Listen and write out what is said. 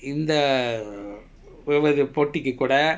இந்த பல்வேறு போட்டிக்கு கூட:intha palvaeru potikkkun kooda